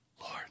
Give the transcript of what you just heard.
Lord